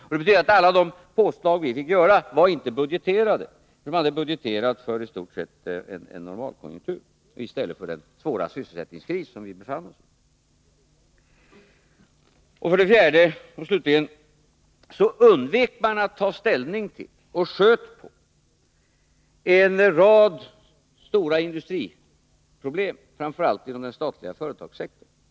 Det betyder att alla de påslag vi fick göra inte var budgeterade, utan man hade budgeterat för i stort sett en normalkonjunktur och inte för den svåra sysselsättningskris som vi befann oss i. För det fjärde, slutligen, hade man undvikit att ta ställning till och skjutit på en rad stora industriproblem, framför allt inom den statliga företagssektorn.